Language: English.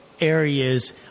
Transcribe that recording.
areas